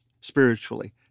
spiritually